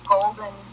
Golden